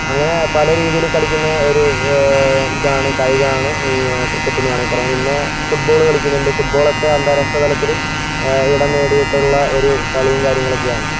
അങ്ങനെ പലരീതിയിൽ കളിക്കുന്ന ഒരു ഇതാണ് കായികമാണ് ഈ ക്രിക്കറ്റെന്ന് വേണമെങ്കിൽ പറയാം പിന്നെ ഫുട് ബോൾ കളിക്കുന്നുണ്ട് ഫുട്ബോളൊക്കെ അന്താരാഷ്ട്ര തലത്തിൽ ഇടം നേടിയിട്ടുള്ള ഒരു കളിയും കാര്യങ്ങളൊക്കെയാണ്